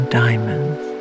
diamonds